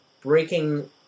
breaking